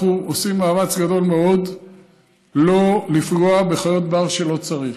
אנחנו עושים מאמץ גדול מאוד שלא לפגוע בחיות בר כשלא צריך,